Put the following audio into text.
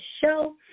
show